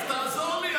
אז תעזור לי.